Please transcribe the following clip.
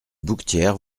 bouquetière